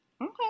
Okay